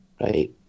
right